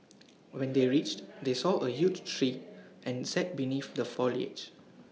when they reached they saw A huge tree and sat beneath the foliage